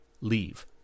Leave